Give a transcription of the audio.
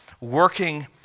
working